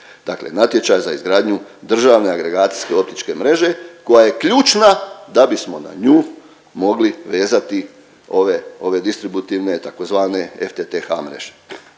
dakle za izgradnju državne agregacijske optičke mreže koja je ključna da bismo na nju mogli vezati ove, ove distributivne tzv. FTTH mreže.